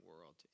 world